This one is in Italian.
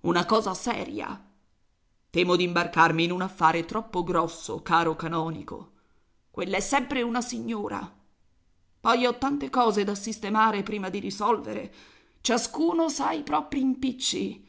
una cosa seria temo d'imbarcarmi in un affare troppo grosso caro canonico quella è sempre una signora poi ho tante cose da sistemare prima di risolvere ciascuno sa i propri impicci